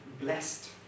blessed